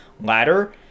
ladder